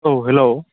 औ हेल्ल'